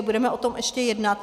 Budeme o tom ještě jednat.